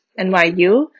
NYU